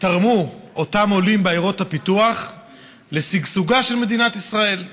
אותם עולים בעיירות הפיתוח תרמו לשגשוגה של מדינת ישראל.